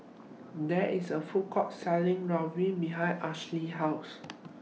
There IS A Food Court Selling Ravioli behind Alysha's House